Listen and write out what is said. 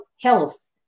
health